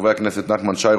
של חברי הכנסת נחמן שי,